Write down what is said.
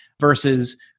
versus